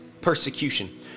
persecution